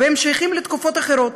והם שייכים לתקופות אחרות.